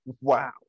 Wow